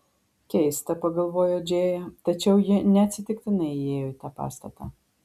keista pagalvojo džėja tačiau ji neatsitiktinai įėjo į tą pastatą